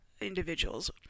individuals